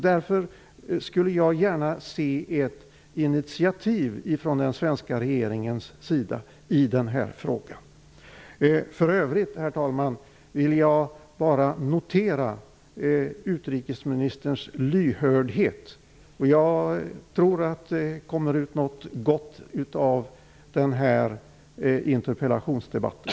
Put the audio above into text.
Därför skulle jag gärna se ett initiativ från den svenska regeringens sida i den här frågan. För övrigt vill jag, herr talman, bara notera utrikesministerns lyhördhet. Jag tror att det kommer ut något gott av den här interpellationsdebatten.